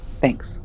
Thanks